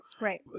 Right